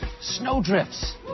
snowdrifts